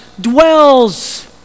dwells